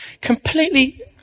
completely